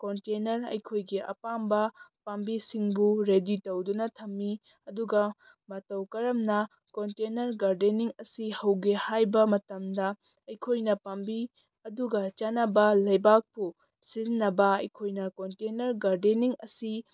container ꯑꯩꯈꯣꯏꯒꯤ ꯑꯄꯥꯝꯕ ꯄꯥꯝꯕꯤꯁꯤꯡꯕꯨ ꯔꯦꯗꯤ ꯇꯧꯗꯨꯅ ꯊꯝꯃꯤ ꯑꯗꯨꯒ ꯃꯇꯧ ꯀꯔꯝꯅ ꯀꯣꯟꯇꯦꯅꯔ ꯒꯥꯔꯗꯦꯟꯅꯤꯡ ꯑꯁꯤ ꯍꯧꯒꯦ ꯍꯥꯏꯕ ꯃꯇꯝꯗ ꯑꯩꯈꯣꯏꯅ ꯄꯥꯝꯕꯤ ꯑꯗꯨꯒ ꯆꯥꯟꯅꯕ ꯂꯩꯕꯥꯛꯄꯨ ꯁꯤꯖꯤꯟꯅꯕ ꯑꯩꯈꯣꯏꯅ ꯀꯣꯟꯇꯦꯅꯔ ꯒꯥꯔꯗꯦꯟꯅꯤꯡ ꯑꯁꯤ